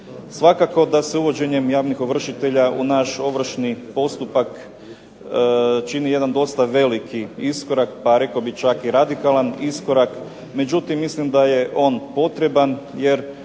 Svakako da se uvođenjem javnih ovršitelja u naš ovršni postupak čini jedan dosta veliki iskorak pa rekao bih čak i radikalan iskorak. Međutim, mislim da je on potreban jer